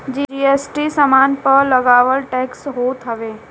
GST सामान पअ लगेवाला टेक्स होत हवे